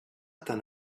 tant